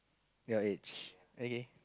your age okay